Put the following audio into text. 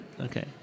Okay